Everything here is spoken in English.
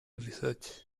research